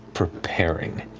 preparing.